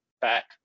back